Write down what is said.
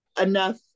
enough